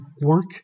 work